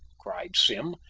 cried sim,